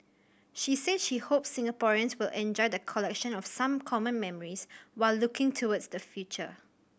she said she hopes Singaporeans will enjoy the collection of some common memories while looking towards the future